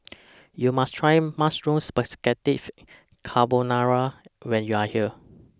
YOU must Try Mushroom Spaghettis Carbonara when YOU Are here